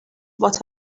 what